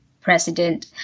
president